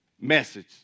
Message